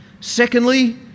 Secondly